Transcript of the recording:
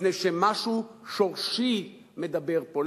מפני שמשהו שורשי מדבר פה,